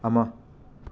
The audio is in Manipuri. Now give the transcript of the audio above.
ꯑꯃ